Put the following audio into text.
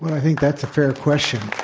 but i think that's a fair question.